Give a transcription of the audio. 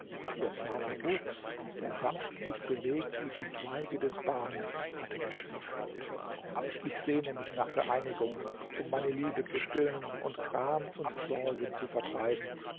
ihr zarter wuchs der sanft sich bewegt wie die zweige des ban hat mich verführt ich sehne mich nach vereinigung um meine liebe zu stillen und gram und sorgen zu vertreiben